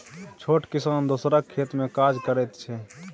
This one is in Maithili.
छोट किसान दोसरक खेत मे काज करैत छै